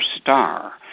star